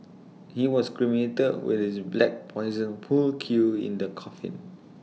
he was cremated with his black Poison pool cue in the coffin